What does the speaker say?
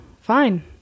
Fine